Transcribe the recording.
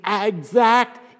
exact